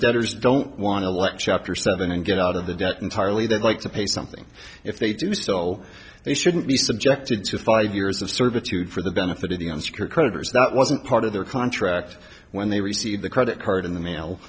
debtors don't want to lecture after seven and get out of the debt entirely they'd like to pay something if they do so they shouldn't be subjected to five years of servitude for the benefit of the unsecured creditors that wasn't part of their contract when they received the credit card in the mail